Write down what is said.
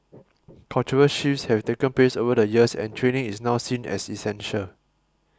cultural shifts have taken place over the years and training is now seen as essential